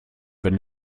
wenn